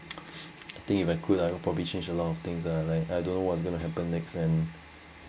I think if I could I would probably change a lot of things lah like I don't know what's going to happen next and